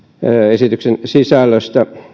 esityksen sisällöstä